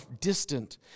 distant